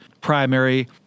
primary